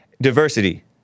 Diversity